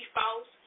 false